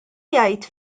jgħid